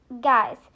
guys